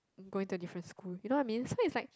going to a different school you know what I mean so is like